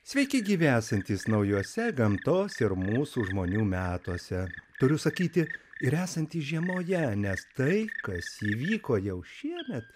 sveiki gyvi esantys naujuose gamtos ir mūsų žmonių metuose turiu sakyti ir esantys žiemoje nes tai kas įvyko jau šiemet